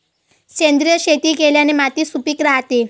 सेंद्रिय शेती केल्याने माती सुपीक राहते